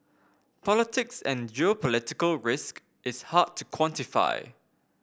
politics and geopolitical risk is hard to quantify